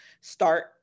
start